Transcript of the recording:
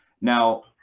Now